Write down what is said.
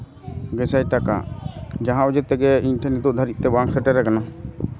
ᱜᱮᱥᱟᱭ ᱴᱟᱠᱟ ᱡᱟᱦᱟᱸ ᱚᱡᱮ ᱛᱮᱜᱮ ᱤᱧ ᱴᱷᱮᱡ ᱱᱤᱛᱚᱜ ᱦᱟᱹᱵᱤᱡ ᱛᱮ ᱵᱟᱝ ᱥᱮᱴᱮᱨ ᱠᱟᱱᱟ